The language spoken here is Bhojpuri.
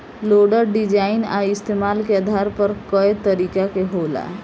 लोडर डिजाइन आ इस्तमाल के आधार पर कए तरीका के होला